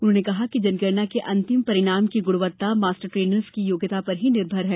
उन्होंने कहा कि जनगणना के अंतिम परिणाम की गुणवत्ता मास्टर ट्रेनर्स की योग्यता पर ही निर्भर है